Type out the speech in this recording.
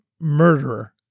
murderer